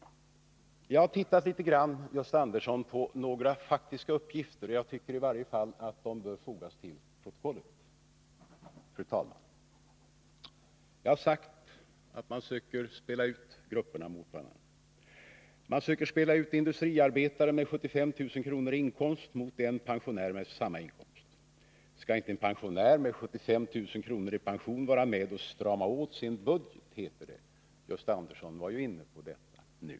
Jag har, Gösta Andersson, tittat på några faktiska uppgifter, som i varje fall bör fogas till protokollet. Fru talman! Jag har sagt att centern försöker spela ut olika grupper mot varandra, t.ex. en industriarbetare med 75 000 kr. i inkomst mot en pensionär med samma inkomst. Skall inte en pensionär med 75 000 kr. i pension vara med och strama åt sin budget, heter det.